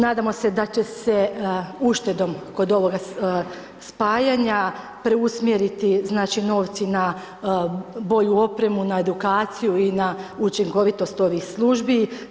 Nadamo se da će se uštedom kod ovoga spajanja preusmjeriti novci na bolju opremu, edukaciju, i na učinkovitost ovih službi.